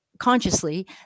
consciously